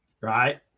Right